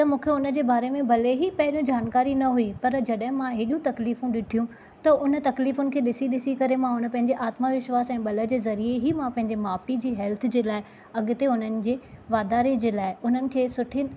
त मूंखे हुन जे ॿारे में भले ही पहिरियों जानकारी न हुई पर जॾहिं मां हेॾियूं तकलीफ़ूं ॾिठियूं त हुन तकलीफ़ुनि खे ॾिसी ॾिसी करे मां हुन पंहिंजे आत्मविश्वास ऐ ब॒ल जे ज़रिए ई मां पंहिंजे माउ पीउ जी हेल्थ जे लाइ अॻते हुननि जे वाधारे जे लाइ हुननि खे सुठी